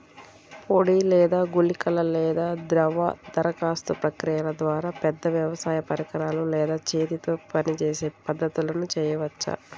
పొడి లేదా గుళికల లేదా ద్రవ దరఖాస్తు ప్రక్రియల ద్వారా, పెద్ద వ్యవసాయ పరికరాలు లేదా చేతితో పనిచేసే పద్ధతులను చేయవచ్చా?